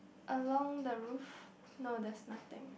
along the roof no there's nothing